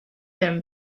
them